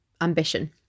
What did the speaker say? ambition